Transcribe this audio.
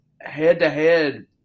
head-to-head